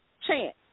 chance